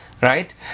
right